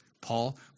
Paul